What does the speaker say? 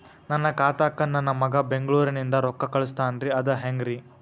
ನನ್ನ ಖಾತಾಕ್ಕ ನನ್ನ ಮಗಾ ಬೆಂಗಳೂರನಿಂದ ರೊಕ್ಕ ಕಳಸ್ತಾನ್ರಿ ಅದ ಹೆಂಗ್ರಿ?